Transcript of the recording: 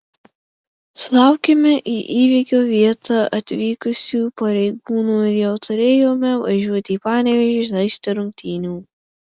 sulaukėme į įvykio vietą atvykusių pareigūnų ir jau turėjome važiuoti į panevėžį žaisti rungtynių